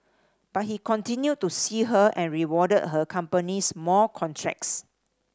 but he continued to see her and rewarded her companies more contracts